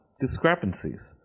discrepancies